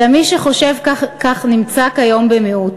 אלא שמי שחושב כך נמצא כיום במיעוט.